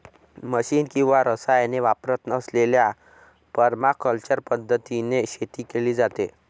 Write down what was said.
machine किंवा रसायने वापरत नसलेल्या परमाकल्चर पद्धतीने शेती केली जाते